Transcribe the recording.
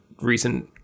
recent